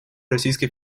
российской